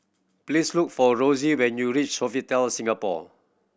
please look for Rosy when you reach Sofitel Singapore